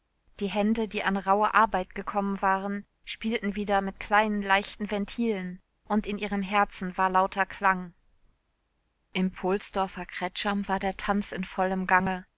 die hände die an rauhe arbeit gekommen waren spielten wieder mit kleinen leichten ventilen und in ihren herzen war lauter klang im pohlsdorfer kretscham war der tanz in vollem gange